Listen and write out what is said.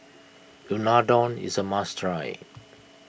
Unadon is a must try